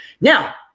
now